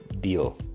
deal